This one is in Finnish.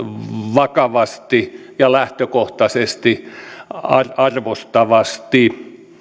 vakavasti ja lähtökohtaisesti arvostavasti